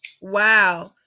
Wow